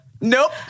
nope